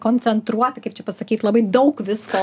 koncentruotai kaip čia pasakyt labai daug visko